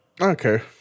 Okay